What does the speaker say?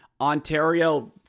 Ontario